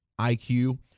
IQ